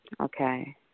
Okay